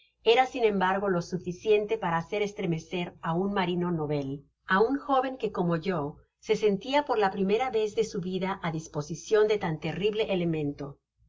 era sin embargo lo suficiente para hacer estremecer á un marino novél á un joven que como yo se sentía por la primera vez de su vida á disposicion de tan terrible elemento